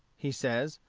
he says,